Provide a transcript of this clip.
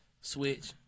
Switch